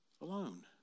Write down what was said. alone